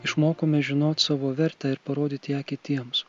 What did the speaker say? išmokome žinot savo vertę ir parodyt ją kitiems